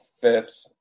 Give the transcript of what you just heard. fifth